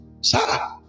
Sarah